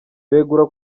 begura